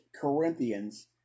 Corinthians